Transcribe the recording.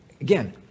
again